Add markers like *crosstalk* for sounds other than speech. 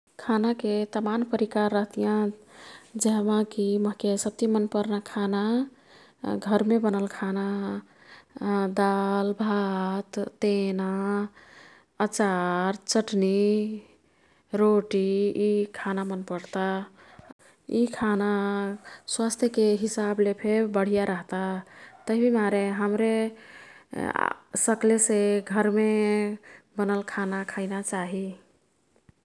खानाके तमान परिकार रह्तियाँ। जेह्मकी मोह्के सब्ति मनपर्ना खाना घरमे बनल खाना *hesitation* दाल, भात, तेना, अचार, चट्नी, रोटी। यी खाना मन् पर्ता। यी खाना स्वास्थ्यके हिसाबलेफे बढिया रह्ता। तभिमारे हाम्रे *hesitation* सक्लेसे घरमे बनल खाना खैना चाही।